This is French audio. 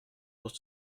pour